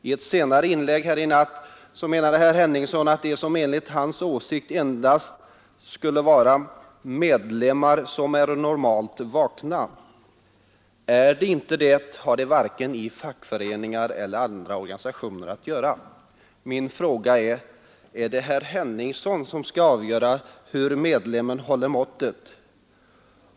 I ett senare inlägg på natten menade herr Henningsson att det enligt ordning m.m. hans åsikt endast skulle vara ”medlemmar som är normalt vakna”. — ”Är de inte det har de varken i fackföreningar eller andra organisationer att göra.” Min fråga är: Är det herr Henningsson som skall avgöra om medlemmen håller måttet?